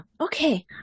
okay